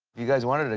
you guys want her to